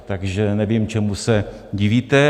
Takže nevím, čemu se divíte.